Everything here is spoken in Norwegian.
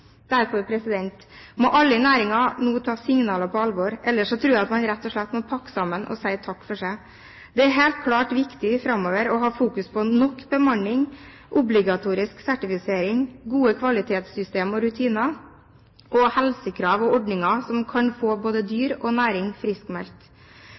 Derfor må alle i næringen nå ta signalene på alvor, ellers tror jeg man rett og slett må pakke sammen og si takk for seg. Det er helt klart viktig framover å ha fokus på nok bemanning, obligatorisk sertifisering, gode kvalitetssystem og rutiner og helsekrav og ordninger som kan få både